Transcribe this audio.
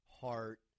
heart